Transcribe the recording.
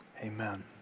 amen